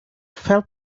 felt